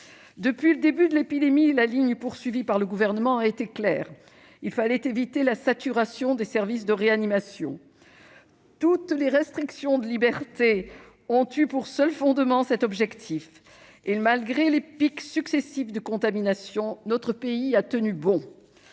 Depuis le début de l'épidémie, la ligne poursuivie par le Gouvernement a été claire. Pas toujours ! Il fallait éviter la saturation des services de réanimation. Toutes les restrictions de liberté ont eu pour seul fondement cet objectif ; et, malgré les pics successifs de contaminations, notre pays a tenu bon.